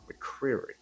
McCreary